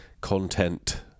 content